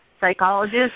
psychologist